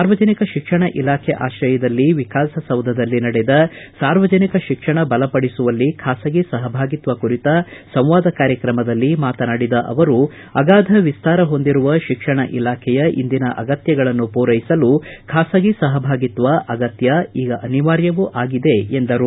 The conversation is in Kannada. ಸಾರ್ವಜನಿಕ ಶಿಕ್ಷಣ ಇಲಾಖೆ ಆಶ್ರಯದಲ್ಲಿ ವಿಕಾಸಸೌಧದಲ್ಲಿ ನಡೆದ ಸಾರ್ವಜನಿಕ ಶಿಕ್ಷಣ ಬಲಪಡಿಸುವಲ್ಲಿ ಬಾಸಗಿ ಸುಭಾಗಿತ್ವ ಕುರಿತ ಸಂವಾದ ಕಾರ್ಯಕ್ರಮದಲ್ಲಿ ಮಾತನಾಡಿದ ಅವರು ಅಗಾಧ ವಿಸ್ತಾರ ಹೊಂದಿರುವ ಶಿಕ್ಷಣ ಇಲಾಖೆಯ ಇಂದಿನ ಅಗತ್ಯಗಳನ್ನು ಪೂರೈಸಲು ಖಾಸಗಿ ಸಪಭಾಗಿತ್ವ ಅಗತ್ಯ ಈಗ ಅನಿವಾರ್ಯವೂ ಆಗಿದೆ ಎಂದರು